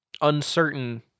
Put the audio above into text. Uncertain